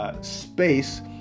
space